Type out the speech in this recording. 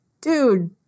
dude